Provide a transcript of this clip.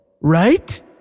Right